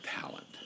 talent